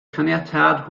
caniatâd